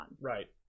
Right